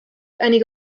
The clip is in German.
einige